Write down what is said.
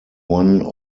one